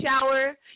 shower